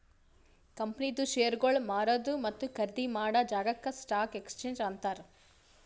ಕಂಪನಿದು ಶೇರ್ಗೊಳ್ ಮಾರದು ಮತ್ತ ಖರ್ದಿ ಮಾಡಾ ಜಾಗಾಕ್ ಸ್ಟಾಕ್ ಎಕ್ಸ್ಚೇಂಜ್ ಅಂತಾರ್